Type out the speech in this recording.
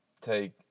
take